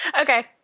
okay